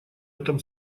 этом